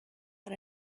but